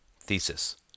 Thesis